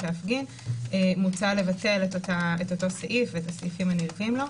להפגין - מוצע לבטל את הסעיף הזה ואת הסעיפים הנלווים לו.